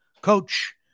Coach